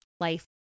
life